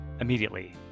Immediately